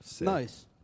nice